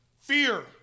fear